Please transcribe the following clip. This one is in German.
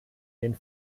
den